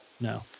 No